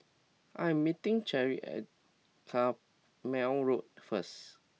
I am meeting Cheryle at Carpmael Road first